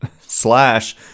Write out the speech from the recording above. slash